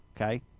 Okay